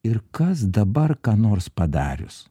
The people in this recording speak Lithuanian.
ir kas dabar ką nors padarius